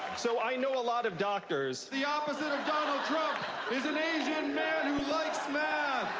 so i know a lot of doctors. the opposite of donald trump is an asian man who likes math.